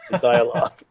dialogue